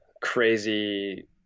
crazy